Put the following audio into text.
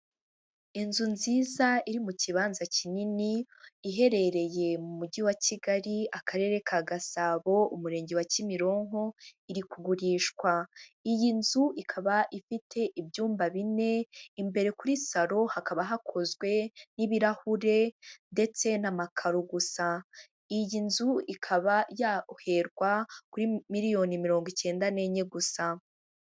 Inzu nziza iri mu kibanza kinini iherereye mu mujyi wa Kigali akarere ka Gasabo umurenge wa Kimironko iri kugurishwa, iyi nzu ikaba ifite ibyumba bine, imbere kuri saro hakaba hakozwe n'ibirahure ndetse n'amakaro gusa, iyi nzu ikaba yaherwa kuri miliyoni mirongo icyenda n'enye gusa.